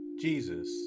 Jesus